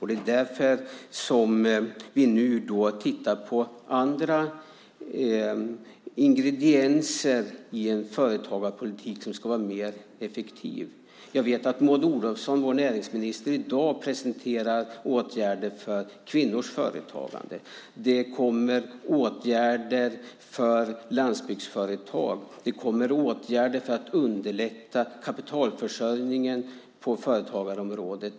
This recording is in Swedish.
Det är därför som vi nu tittar på andra ingredienser i en företagarpolitik som ska vara mer effektiv. Jag vet att Maud Olofsson, vår näringsminister, i dag presenterar åtgärder för kvinnors företagande. Det kommer åtgärder för landsbygdsföretag. Det kommer åtgärder för att underlätta kapitalförsörjningen på företagarområdet.